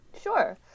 Sure